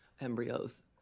embryos